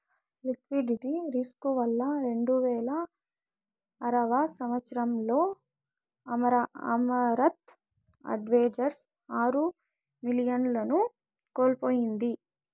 liquidity risk వల్ల రెండువేల ఆరవ సంవచ్చరంలో అమరత్ అడ్వైజర్స్ ఆరు మిలియన్లను కోల్పోయింది